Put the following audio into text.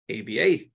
ABA